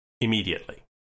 immediately